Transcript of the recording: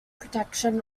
protection